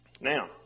Now